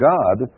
God